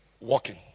walking